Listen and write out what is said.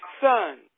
son